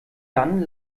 dann